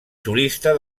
solista